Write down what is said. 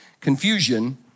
confusion